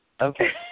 Okay